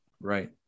Right